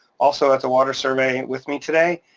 also at the water survey, with me today.